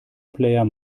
player